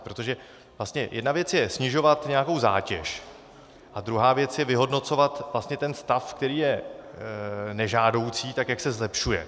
Protože vlastně jedna věc je snižovat nějakou zátěž a druhá věc je vyhodnocovat vlastně ten stav, který je nežádoucí, tak jak se zlepšuje.